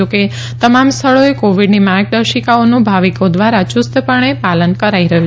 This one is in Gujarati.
જોકે તમામ સ્થળોએ કોવિડની માર્ગદર્શિકાઓનું ભાવિકો દ્રારા યુસ્તપણે પાલન કરાઈ રહ્યું છે